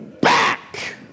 back